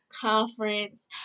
conference